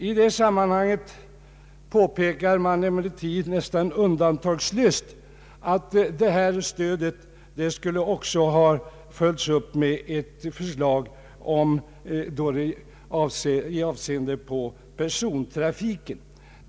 I detta sammanhang påpekas emellertid nästan undantagslöst, att detta stöd också borde ha följts upp med ett förslag med avseende på persontrafiken.